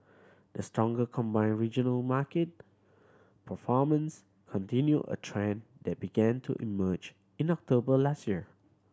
the stronger combined regional market performance continue a trend that began to emerge in October last year